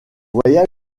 voyage